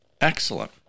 Excellent